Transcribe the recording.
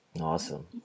awesome